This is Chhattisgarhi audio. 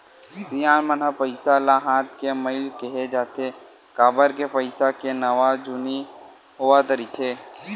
सियान मन ह पइसा ल हाथ के मइल केहें जाथे, काबर के पइसा के नवा जुनी होवत रहिथे